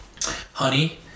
honey